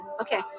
Okay